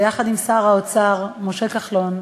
ביחד עם שר האוצר משה כחלון,